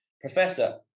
Professor